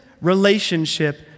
relationship